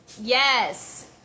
Yes